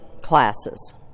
classes